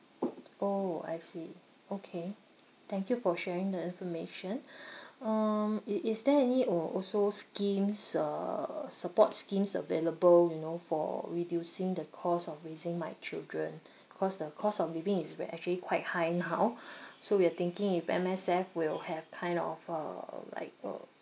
orh I see okay thank you for sharing the information um i~ is there any al~ also schemes uh support schemes available you know for reducing the costs of raising my children because the cost of living is ver~ actually quite high now so we're thinking if M_S_F will have kind of uh like uh